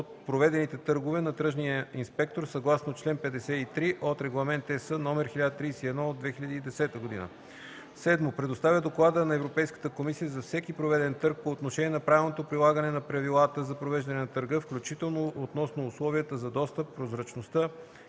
от проведените търгове на тръжния инспектор съгласно чл. 53 от Регламент (ЕС) № 1031/2010; 7. предоставя доклади на ЕК за всеки проведен търг по отношение на правилното прилагане на правилата за провеждане на търга, включително относно условията за достъп, прозрачността,